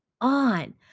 on